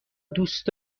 دوست